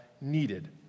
needed